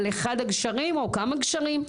על אחד הגשרים או כמה גשרים,